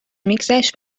میگذشت